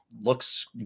looks